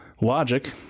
logic